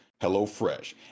HelloFresh